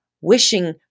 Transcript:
wishing